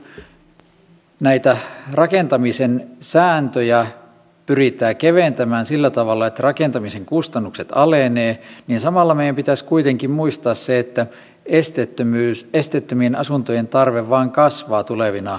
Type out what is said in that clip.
samalla kun näitä rakentamisen sääntöjä pyritään keventämään sillä tavalla että rakentamisen kustannukset alenevat meidän pitäisi kuitenkin muistaa se että esteettömien asuntojen tarve vain kasvaa tulevina vuosina